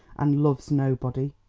and loves nobody.